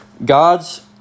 God's